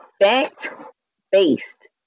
fact-based